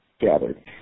gathered